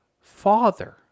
father